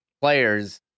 players